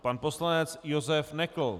Pan poslanec Josef Nekl.